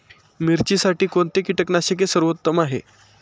मिरचीसाठी कोणते कीटकनाशके सर्वोत्तम आहे?